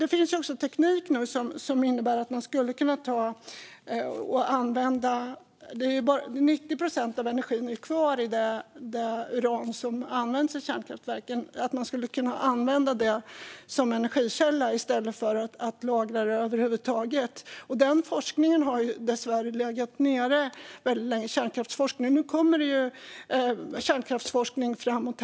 Nu finns det också teknik som innebär att man skulle kunna använda de 90 procent av energin som är kvar i det uran som använts i kärnkraftverken. Man skulle kunna använda det som energikälla i stället för att lagra det. Den forskningen, kärnkraftsforskningen, har dessvärre legat nere väldigt länge. Nu kommer det kärnkraftsforskning framåt.